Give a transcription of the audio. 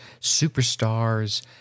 superstars